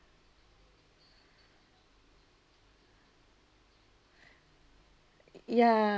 ya